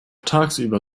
tagsüber